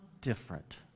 different